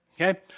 Okay